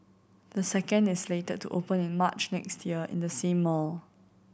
the second is slated to open in March next year in the same mall